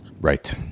Right